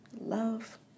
Love